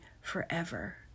forever